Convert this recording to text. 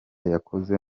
yakoze